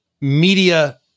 media